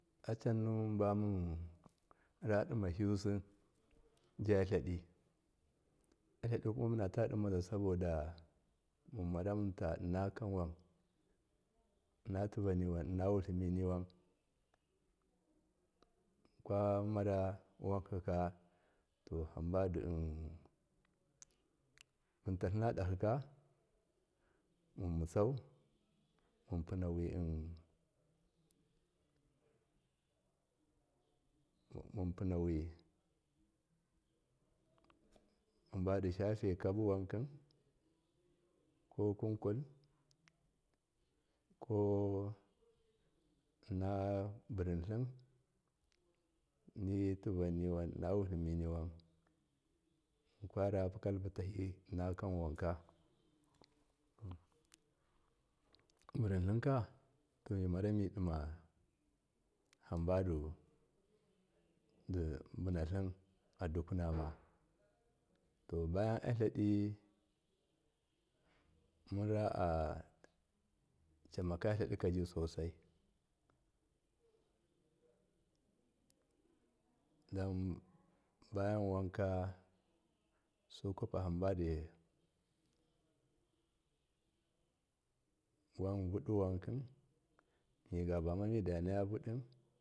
Acannuwunba munradimahiyusi ja tladi atladi kuma munata dimaza saboda munmara munta innakanwan innatuvanniwun innutliminwun kwamara wankaka to hamba di bunta tlinada hika munmutsau munpunawi hamba shafe kabu wanki ko kunkul kolnnabunn tlim nituvanniwun innawutliminiwun kwarakalpitahi innakanwanka burintlinka to mimaramidima hanbadu bunatlim adukunama to bayan atladi mura a camaka tladi jiso sai dambayawanka sukwapa hanbadi wanvudi wanki migabama midanaya vudi.